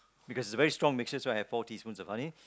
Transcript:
because it's a very strong mixture so I have four teaspoons of honey